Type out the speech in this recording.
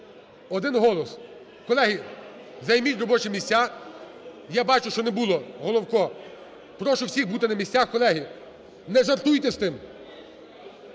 один голос. Колеги, займіть робочі місця. Я бачу, що не було Головка. Прошу всіх бути на місцях. Колеги, не жартуйте з тим.